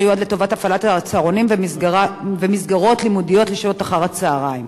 יועד לטובת הפעלת הצהרונים ומסגרות לימודיות לשעת אחר-הצהריים.